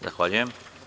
Zahvaljujem.